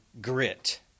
grit